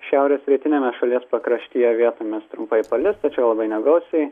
šiaurės rytiniame šalies pakraštyje vietomis trumpai palis tačiau negausiai